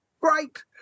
Great